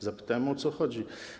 Zapytałem, o co chodzi.